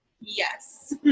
Yes